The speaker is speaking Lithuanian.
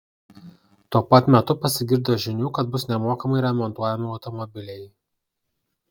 tuo pat metu pasigirdo žinių kad bus nemokamai remontuojami automobiliai